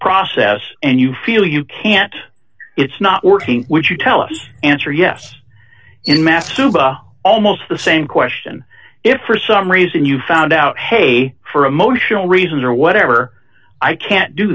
process and you feel you can't it's not working which you tell us answer yes in math suba almost the same question if for some reason you found out hey for emotional reasons or whatever i can't do